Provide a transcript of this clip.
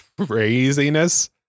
craziness